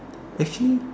actually